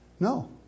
No